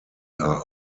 are